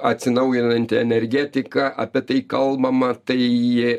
atsinaujinanti energetika apie tai kalbama tai